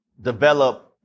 develop